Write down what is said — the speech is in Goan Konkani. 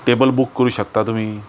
टेबल बूक करूंक शकता तुमी